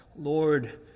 Lord